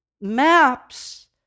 maps